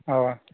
اَوا